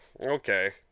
okay